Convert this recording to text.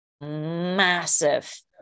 massive